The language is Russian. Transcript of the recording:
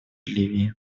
ливии